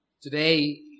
Today